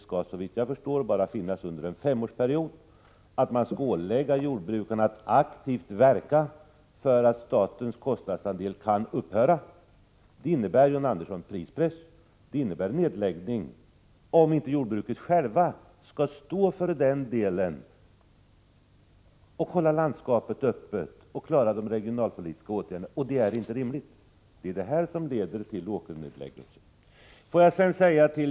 Såvitt jag förstår skall det finnas bara under en femårsperiod och jordbrukarna skall åläggas att aktivt verka för att statens kostnadsandel skall försvinna. Detta innebär, John Andersson, prispress och nedläggning, om jordbruket självt skall stå för den ifrågavarande delen, hålla landskapet öppet och klara de regionalpolitiska åtgärderna, vilket inte är rimligt. Det är det här som alltså leder till nedläggningar.